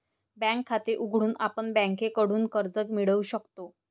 bank खाते उघडून आपण बँकेकडून कर्ज मिळवू शकतो